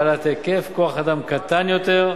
בעלת היקף כוח-אדם קטן יותר,